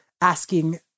asking